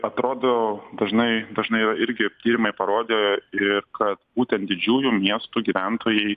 atrodo dažnai dažnai irgi tyrimai parodė ir kad būtent didžiųjų miestų gyventojai